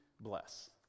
bless